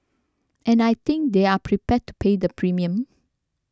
and I think they're prepared to pay the premium